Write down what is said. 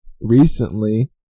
Recently